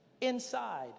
inside